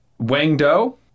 Wangdo